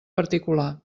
particular